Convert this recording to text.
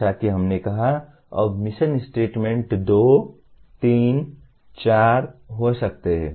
जैसा कि हमने कहा अब मिशन स्टेटमेंट दो तीन चार हो सकते हैं